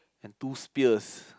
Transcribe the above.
and two spears